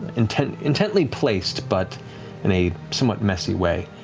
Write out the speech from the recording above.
intently intently placed, but in a somewhat messy way.